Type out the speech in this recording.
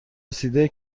رسیده